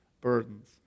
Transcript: burdens